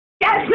Yes